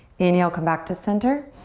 inhale, come back to center.